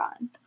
on